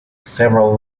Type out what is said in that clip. several